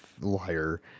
liar